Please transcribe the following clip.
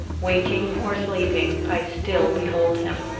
waking or sleeping, i still behold him.